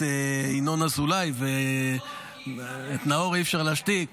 ינון אזולאי --- את נאור אי-אפשר להשתיק.